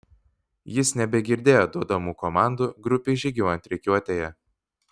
jis nebegirdėjo duodamų komandų grupei žygiuojant rikiuotėje